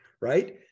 right